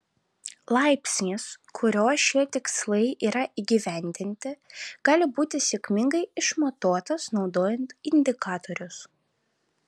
laipsnis kuriuo šie tikslai yra įgyvendinti gali būti sėkmingai išmatuotas naudojant indikatorius